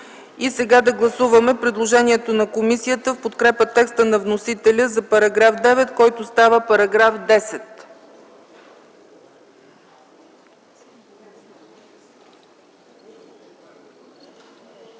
сега да гласуваме предложението на комисията в подкрепа текста на вносителя за § 9, който става § 10.